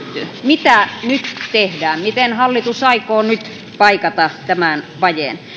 mitä nyt tehdään miten hallitus aikoo nyt paikata tämän vajeen